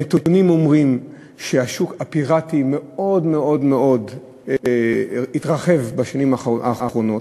הנתונים אומרים שהשוק הפיראטי מאוד מאוד מאוד התרחב בשנים האחרונות.